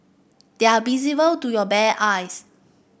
they are visible to your bare eyes